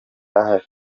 ahari